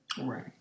Right